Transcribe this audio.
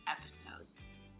episodes